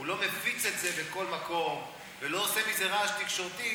הוא לא מפיץ את זה בכל מקום ולא עושה מזה רעש תקשורתי,